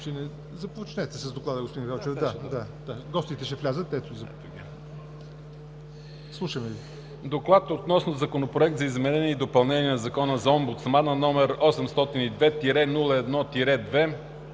„Доклад относно Законопроект за изменение и допълнение на Закона за омбудсмана, № 802-01-2,